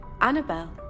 Annabelle